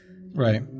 Right